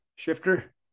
shifter